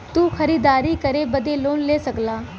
तू खरीदारी करे बदे लोन ले सकला